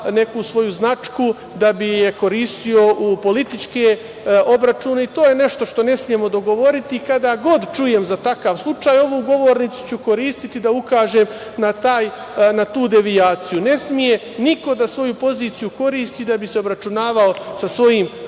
neku svoju značku da bi je koristio u političke obračune i to je nešto što ne smemo dogovoriti. Kada god čujem za takav slučaj, ovu govornicu ću koristiti da ukažem na tu devijaciju. Ne sme niko da svoju poziciju koristi da bi se obračunavao sa svojim